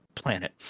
planet